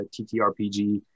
ttrpg